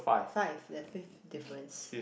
five there are fifth difference